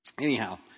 anyhow